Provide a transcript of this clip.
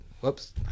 whoops